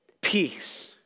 peace